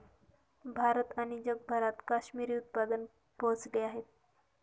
भारत आणि जगभरात काश्मिरी उत्पादन पोहोचले आहेत